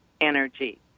energy